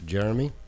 Jeremy